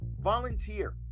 Volunteer